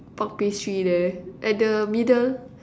pork pastry there at the middle